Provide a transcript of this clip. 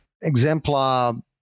exemplar